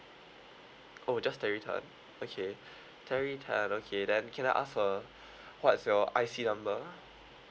oh just terry tan okay terry tan okay then can I ask uh what's your I_C number